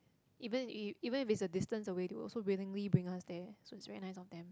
even if even if it's a distance away they will also willingly bring us there so it's very nice of them